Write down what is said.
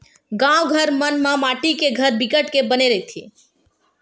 गाँव घर मन म माटी के घर बिकट के बने रहिथे